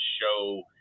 show